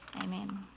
Amen